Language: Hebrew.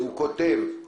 כפי שהצגנו גם לבג"ץ,